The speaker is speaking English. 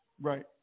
right